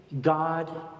God